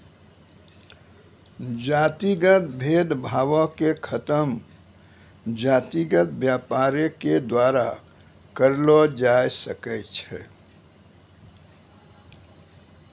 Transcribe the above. जातिगत भेद भावो के खतम जातिगत व्यापारे के द्वारा करलो जाय सकै छै